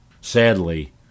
Sadly